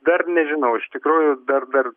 dar nežinau iš tikrųjų dar dar